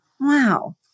wow